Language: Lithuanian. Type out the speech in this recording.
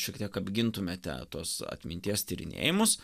šiek tiek apgintumėte tos atminties tyrinėjimus